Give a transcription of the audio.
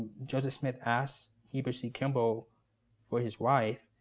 joseph smith asked heber c. kimball for his wife,